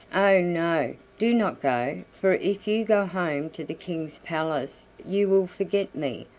oh! no, do not go, for if you go home to the king's palace you will forget me,